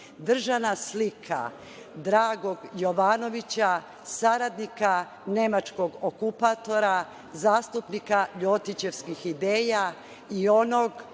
držana slika Dragog Jovanovića, saradnika nemačkog okupatora, zastupnika ljotićevskih ideja i onog